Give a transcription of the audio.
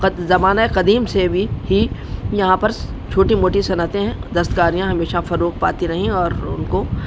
زمانہ قدیم سے بھی ہی یہاں پر چھوٹی موٹی صنعتیں ہیں دستکاریاں ہمیشہ فروغ پاتی رہیں اور ان کو